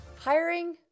Hiring